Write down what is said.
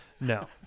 No